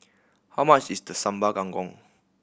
how much is the Sambal Kangkong